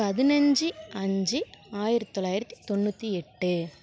பதினஞ்சு அஞ்சு ஆயிரத்தி தொள்ளாயிரத்தி தொண்ணூத்தி எட்டு